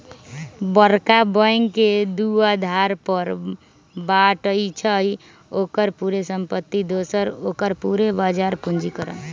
बरका बैंक के दू अधार पर बाटइ छइ, ओकर पूरे संपत्ति दोसर ओकर पूरे बजार पूंजीकरण